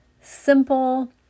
simple